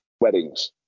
weddings